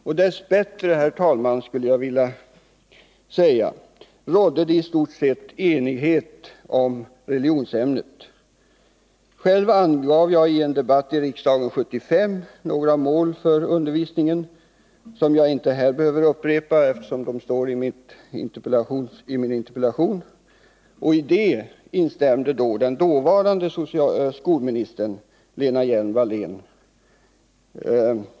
Och dess bättre, herr talman, rådde det i stort sett enighet om religionsämnet. Själv angav jag i en debatt i riksdagen 1975 några mål för undervisningen, som jag inte här behöver upprepa, eftersom de står i min interpellation. I det uttalandet instämde den dåvarande skolministern, Lena Hjelm-Wallén.